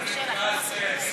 נמאסתם.